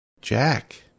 Jack